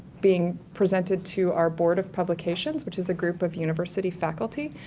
being presented to our board of publications, which is a group of university faculty.